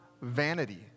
vanity